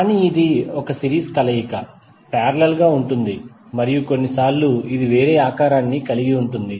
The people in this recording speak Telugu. కానీ ఇది సిరీస్ కలయిక పారేలల్ గా ఉంటుంది మరియు కొన్నిసార్లు ఇది వేరే ఆకారాన్ని కలిగి ఉంటుంది